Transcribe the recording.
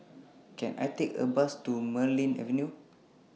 Can I Take A Bus to Marlene Avenue